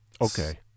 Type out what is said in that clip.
Okay